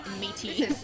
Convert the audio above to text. meaty